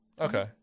Okay